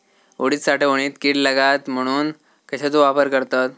उडीद साठवणीत कीड लागात म्हणून कश्याचो वापर करतत?